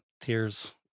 tears